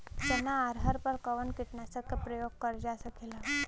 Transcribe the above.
चना अरहर पर कवन कीटनाशक क प्रयोग कर जा सकेला?